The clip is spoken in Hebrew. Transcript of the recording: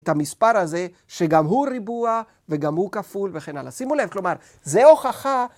את המספר הזה, שגם הוא ריבוע וגם הוא כפול וכן הלאה. שימו לב, כלומר, זו הוכחה.